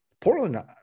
Portland